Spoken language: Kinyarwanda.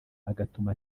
agatuma